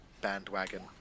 bandwagon